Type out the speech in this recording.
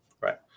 Right